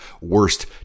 worst